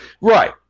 Right